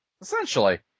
Essentially